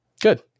Good